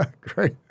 Great